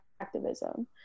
activism